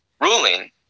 ruling